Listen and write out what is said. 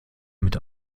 mit